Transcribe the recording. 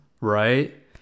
right